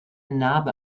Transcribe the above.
narbe